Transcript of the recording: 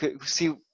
See